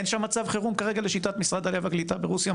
אין שם מצב חירום לשיטת משרד הקליטה והעלייה ברוסיה?